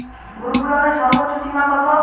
গ্রুপলোনের সর্বোচ্চ সীমা কত?